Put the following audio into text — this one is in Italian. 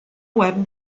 web